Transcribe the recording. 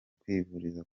kwivuriza